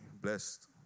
blessed